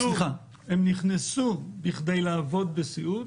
הם נכנסו בכדי לעבוד בסיעוד